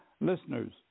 Listeners